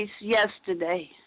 yesterday